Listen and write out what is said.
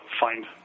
find